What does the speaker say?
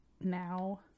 now